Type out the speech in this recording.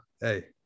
hey